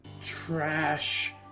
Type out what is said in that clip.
trash